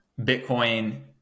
Bitcoin